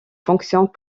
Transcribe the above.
fonctions